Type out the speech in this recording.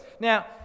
now